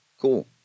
Cool